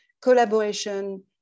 collaboration